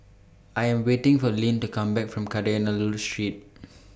I Am waiting For Lynn to Come Back from Kadayanallur Street